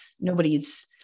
nobody's